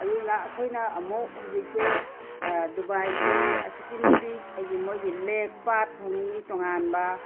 ꯑꯗꯨꯗꯨꯅ ꯑꯩꯈꯣꯏꯅ ꯑꯃꯨꯛ ꯍꯧꯖꯤꯛꯁꯦ ꯗꯨꯕꯥꯏꯁꯦ ꯑꯁꯨꯛꯀꯤ ꯃꯇꯤꯛ ꯑꯩꯒꯤ ꯃꯣꯏꯒꯤ ꯂꯦꯛ ꯄꯥꯠ ꯐꯪꯏ ꯇꯣꯉꯥꯟꯕ